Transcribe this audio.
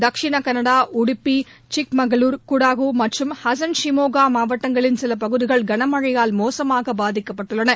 தக்ஷின கன்னடா உடுப்பி சிக்மங்களுர் குடகு மற்றும் ஹசன் ஷிமோகா மாவட்டங்களின் சில பகுதிகள் கனமழையால் மோசுமாக பாதிக்கப்பட்டுள்ளன